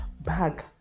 bag